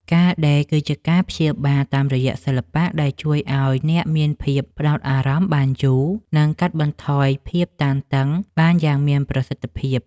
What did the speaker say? ការដេរគឺជាការព្យាបាលតាមរយៈសិល្បៈ ដែលជួយឱ្យអ្នកមានភាពផ្ដោតអារម្មណ៍បានយូរ និងកាត់បន្ថយភាពតានតឹងបានយ៉ាងមានប្រសិទ្ធភាព។